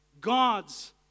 God's